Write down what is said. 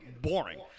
boring